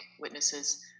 witnesses